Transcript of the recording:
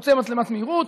חוצה מצלמת מהירות,